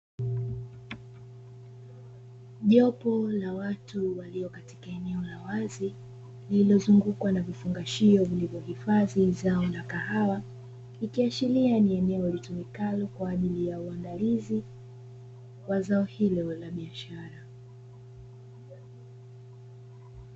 Jopo la watu walio katika eneo la wazi lililozungukwa na vifungashio vilivyohifadhi zao la kahawa, ikiashiria ni eneo litumikalo kwa ajili ya uandalizi wa zao hilo la biashara.